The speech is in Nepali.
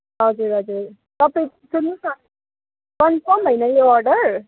हजुर हजुर तपाईँ सुन्नुहोस् न कन्फर्म होइन यो अर्डर